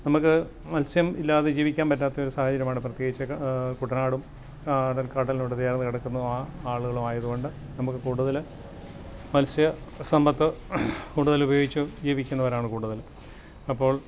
നമ്മൾക്ക് മത്സ്യം ഇല്ലാതെ ജീവിക്കാൻ പറ്റാത്തൊരു സാഹചര്യമാണ് പ്രത്യേകിച്ചൊക്കെ കുട്ടനാടും കടലിനോട് ചേർന്ന് കെടക്കുന്ന ആ ആളുകളുമായത് കൊണ്ട് നമുക്ക് കൂടുതൽ മത്സ്യ സമ്പത്ത് കൂടുതലുപയോഗിച്ചും ജീവിക്കുന്നവരാണ് കൂടുതൽ അപ്പോൾ